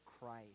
Christ